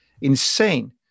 insane